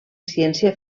ciència